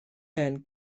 hen